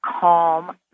calm